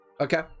Okay